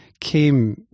came